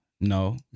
no